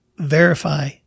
verify